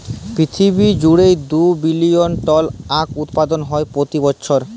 পিরথিবী জুইড়ে দু বিলিয়ল টল আঁখ উৎপাদল হ্যয় প্রতি বসর